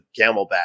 Camelback